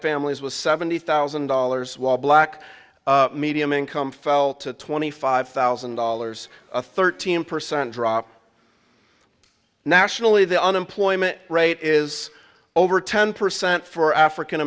families was seventy thousand dollars while black medium income fell to twenty five thousand dollars a thirteen percent drop nationally the unemployment rate is over ten percent for african